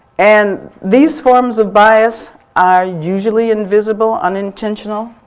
and these forms of bias are usually invisible, unintentional,